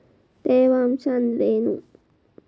ತೇವಾಂಶ ಅಂದ್ರೇನು?